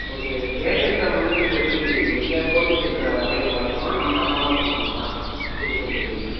okay Dinesh CAT exam வந்துவிட்டு இப்போ எப்படி எங்கேயாவது கோச்சிங் சென்ட்ரு அவைலபிளாக இருக்குமா நம்ம நம்ப தான் கற்றுக்கணுமா கோச்சிங் சென்ட்ருக்கு போயி